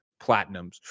platinums